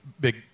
big